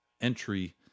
entry